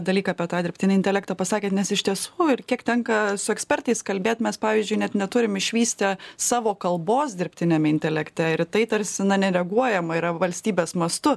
dalyką apie tą dirbtinį intelektą pasakėt nes iš tiesų ir kiek tenka su ekspertais kalbėt mes pavyzdžiui net neturim išvystę savo kalbos dirbtiniame intelekte ir į tai tarsi na nereaguojama yra valstybės mastu